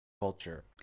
culture